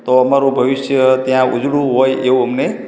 તો અમારું ભવિષ્ય ત્યાં ઉજળું હોય એવું અમને